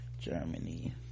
Germany